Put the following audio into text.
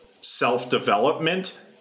self-development